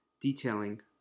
detailing